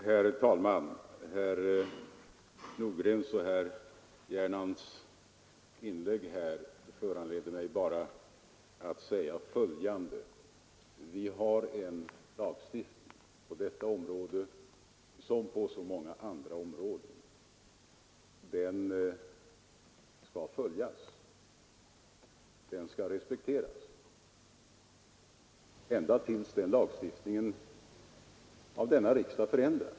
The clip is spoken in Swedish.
Herr talman! Herr Nordgrens och herr Gernandts inlägg föranleder mig bara att säga följande. Vi har en lagstiftning på detta område liksom på så många andra områden. Lagstiftningen skall respekteras ända till dess den ändras av riksdagen.